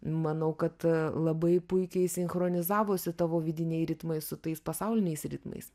manau kad labai puikiai sinchronizavosi tavo vidiniai ritmai su tais pasauliniais ritmais